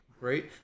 right